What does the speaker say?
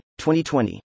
2020